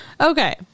Okay